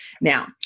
Now